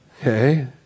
okay